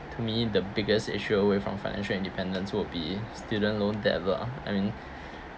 to me the biggest issue away from financial independence would be student loan debt lah I mean